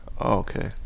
Okay